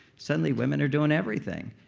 suddenly women are doing everything.